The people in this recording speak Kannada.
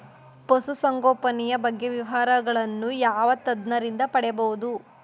ಪಶುಸಂಗೋಪನೆಯ ಬಗ್ಗೆ ವಿವರಗಳನ್ನು ಯಾವ ತಜ್ಞರಿಂದ ಪಡೆಯಬಹುದು?